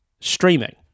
Streaming